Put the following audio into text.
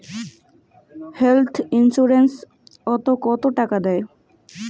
Health insurance ওত কত টাকা দেয়?